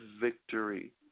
victory